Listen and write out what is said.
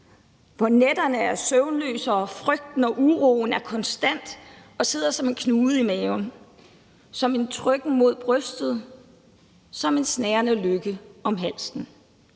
hvor nætterne er søvnløse og frygten og uroen er konstant og sidder som en knude i maven, som en trykken mod brystet og som en snærende løkke om halsen?